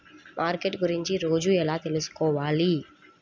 Market గురించి రోజు ఎలా తెలుసుకోవాలి?